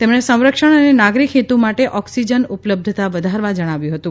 તેમણે સંરક્ષણ અને નાગરિક હેતુ માટે ઓક્સિજન ઉપલબ્ધતા વધારવા જણાવ્યું હતું